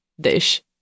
dish